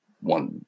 one